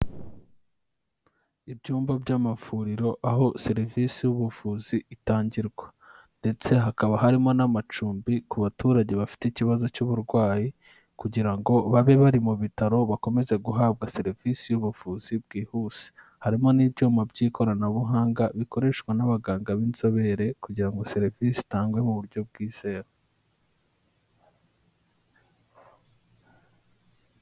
Ibyumba by'amavuriro aho serivisi y'ubuvuzi itangirwa ndetse hakaba harimo n'amacumbi ku baturage bafite ikibazo cy'uburwayi kugira ngo babe bari mu bitaro, bakomeze guhabwa serivisi y'ubuvuzi bwihuse. Harimo n'ibyuma by'ikoranabuhanga bikoreshwa n'abaganga b'inzobere kugira ngo serivisi itangwe mu buryo bwizewe.